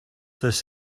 this